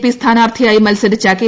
P സ്ഥാനാർത്ഥിയായി മത്സരിച്ച K